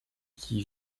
qui